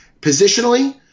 positionally